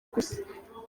gusa